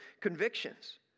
convictions